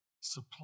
supply